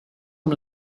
amb